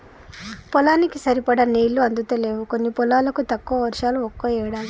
పొలానికి సరిపడా నీళ్లు అందుతలేవు కొన్ని పొలాలకు, తక్కువ వర్షాలు ఒక్కో ఏడాది